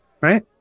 Right